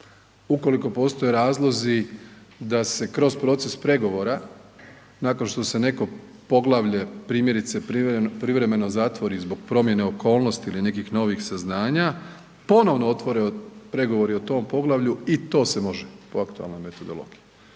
Ukoliko postoje razlozi da se kroz proces pregovora nakon što se neko poglavlje, primjerice privremeno zatvori zbog promjene okolnosti i nekih novih saznanja ponovno otvore pregovori o tom poglavlju i to se može po aktualnoj metodologiji.